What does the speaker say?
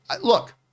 Look